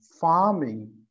farming